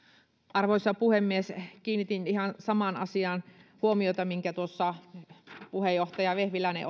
arvoisa puhemies kiinnitin ihan samaan asiaan huomiota minkä tuossa valiokunnan puheenjohtaja vehviläinen